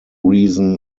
reason